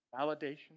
Validation